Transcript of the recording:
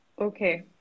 Okay